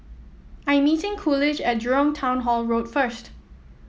I'm meeting Coolidge at Jurong Town Hall Road first